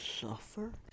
suffer